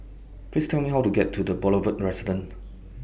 Please Tell Me How to get to The Boulevard Residence